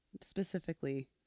specifically